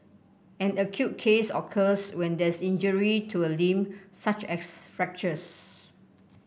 an acute case occurs when there is injury to a limb such as fractures